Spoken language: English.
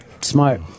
Smart